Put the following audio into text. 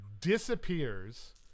disappears